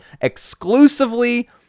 exclusively